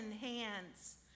hands